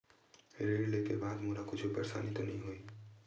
ऋण लेके बाद मोला कुछु परेशानी तो नहीं होही?